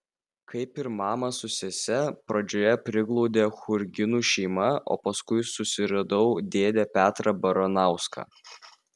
kaip ir mamą su sese pradžioje priglaudė churginų šeima o paskui susiradau dėdę petrą baranauską